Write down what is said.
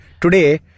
Today